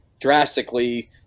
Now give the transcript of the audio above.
drastically